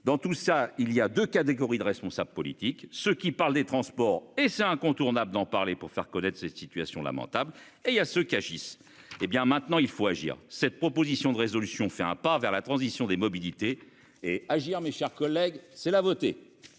dans tout ça, il y a 2 catégories de responsables politiques, ceux qui parlent des transports et ça incontournable d'en parler, pour faire connaître cette situation lamentable et il a ceux qui agissent, hé bien maintenant il faut agir. Cette proposition de résolution fait un pas vers la transition des mobilités et agir. Mes chers collègues. C'est la voter.